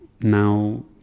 now